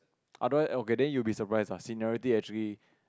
otherwise okay that you will be surprised ah seniority actually